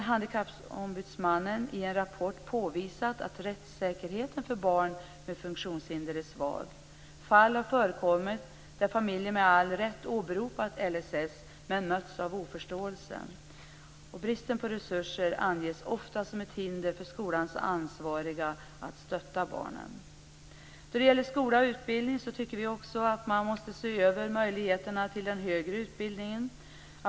Handikappombudsmannen har i en rapport påvisat att rättssäkerheten för barn med funktionshinder är svag. Det har förekommit fall där familjer med all rätt åberopat LSS men mötts av oförståelse. Bristen på resurser anges ofta som ett hinder för skolans ansvariga att stötta barnen. Vi tycker också att man måste se över möjligheterna till en högre utbildning.